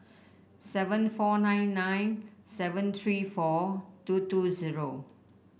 seven four nine nine seven three four two two zero